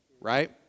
right